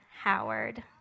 Howard